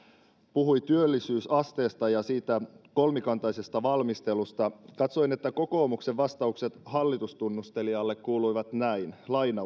puhui työllisyysasteesta ja kolmikantaisesta valmistelusta katsoin että kokoomuksen vastaukset hallitustunnustelijalle kuuluivat näin